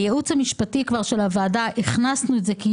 באה בפנייה, קחו את השלט הזה.